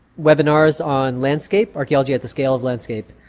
webinars on landscape archaeology at the scale of landscape.